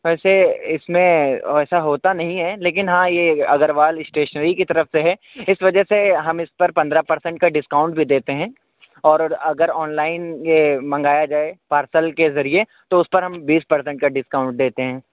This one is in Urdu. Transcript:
ویسے اس میں ویسا ہوتا نہیں ہے لیکن ہاں یہ اگروال اسٹیشنری کی طرف سے ہے اس وجہ سے ہم اس پر پندرہ پرسینٹ کا ڈسکاؤنٹ بھی دیتے ہیں اور اگر آن لائن لائن یہ منگایا جائے پارسل کے ذریعے تو اس پر ہم بیس پرسینٹ کا ڈسکاؤنٹ دیتے ہیں